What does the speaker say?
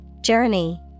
Journey